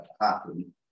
happen